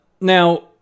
now